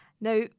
now